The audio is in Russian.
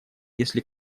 если